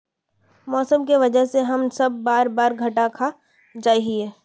मौसम के वजह से हम सब बार बार घटा खा जाए हीये?